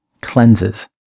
cleanses